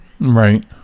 Right